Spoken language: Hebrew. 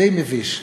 די מביש.